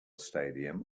stadium